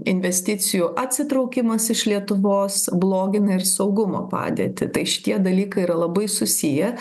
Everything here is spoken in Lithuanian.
investicijų atsitraukimas iš lietuvos blogina ir saugumo padėtį tai šitie dalykai yra labai susiję